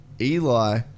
Eli